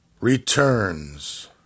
returns